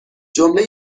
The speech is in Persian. جمله